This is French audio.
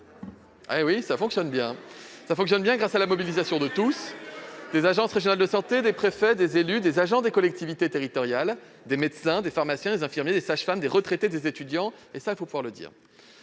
:« Cela fonctionne bien !» Cela fonctionne bien grâce à la mobilisation de tous, qu'il s'agisse des agences régionales de santé, des préfets, des élus, des agents des collectivités territoriales, des médecins, des pharmaciens, des infirmiers, des sages-femmes, des retraités ou des étudiants. Il faut le dire.